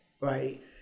right